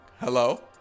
Hello